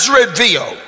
reveal